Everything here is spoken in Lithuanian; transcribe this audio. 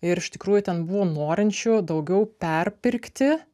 ir iš tikrųjų ten buvo norinčių daugiau perpirkti